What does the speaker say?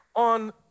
On